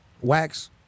Wax